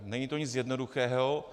Není to nic jednoduchého.